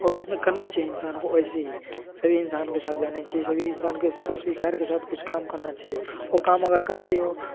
और उसमें करना चाहिए इंसान को ही सभी इंसान के साथ जाने चाहिए सभी इंसान के सोच विचार के साथ कुछ काम करना चाहिए और काम अगर करते हो